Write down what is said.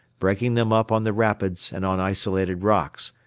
breaking them up on the rapids and on isolated rocks,